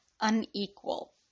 unequal